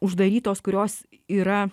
uždarytos kurios yra